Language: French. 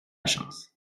chance